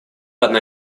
одна